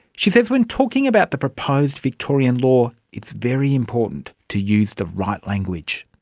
she says when talking about the proposed victorian law, it's very important to use the right language.